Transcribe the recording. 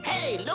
Hey